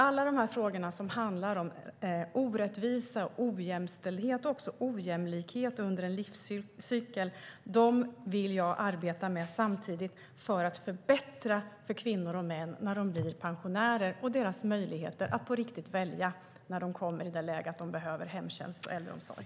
Alla de frågor som handlar om orättvisa, ojämställdhet och också ojämlikhet under en livscykel vill jag arbeta med samtidigt och på så sätt förbättra möjligheterna för kvinnor och män att när de blir pensionärer kunna välja på riktigt när de kommer i det läget att de behöver hemtjänst och äldreomsorg.